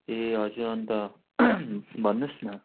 ए हजुर अन्त भन्नुहोस् न